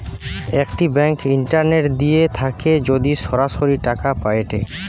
একটি bank internet দিয়ে থাকে যদি সরাসরি টাকা পায়েটে